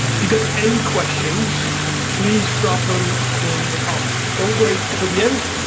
if you've got any questions please drop them in the comments. don't wait until the end.